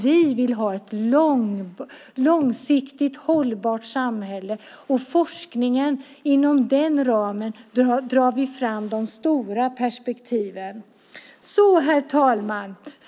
Vi vill ha ett långsiktigt hållbart samhälle och forskning. Inom den ramen drar vi fram de stora perspektiven. Herr talman!